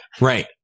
Right